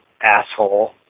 asshole